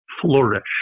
flourish